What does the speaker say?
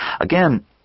Again